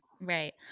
right